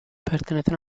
pertenecen